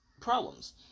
problems